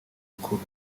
rukuru